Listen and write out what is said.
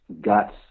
guts